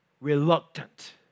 reluctant